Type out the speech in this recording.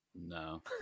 No